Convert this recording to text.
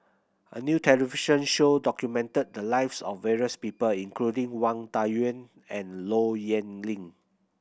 a new television show documented the lives of various people including Wang Dayuan and Low Yen Ling